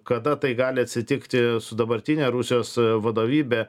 kada tai gali atsitikti su dabartine rusijos vadovybe